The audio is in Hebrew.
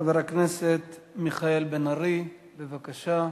חבר הכנסת מיכאל בן-ארי, בבקשה.